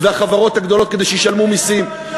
והחברות הגדולות כדי שישלמו מסים,